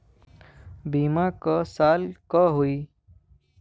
बीमा क साल क होई?